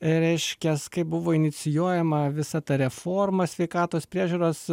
reiškias kaip buvo inicijuojama visa ta reforma sveikatos priežiūros